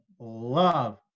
love